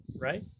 right